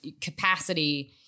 capacity